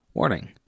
Warning